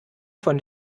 von